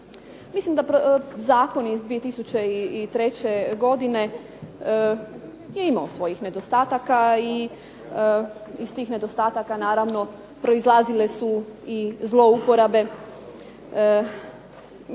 Mislim da zakon iz 2003. godine je imao svojih nedostataka i iz tih nedostataka naravno proizlazile su i zlouporabe.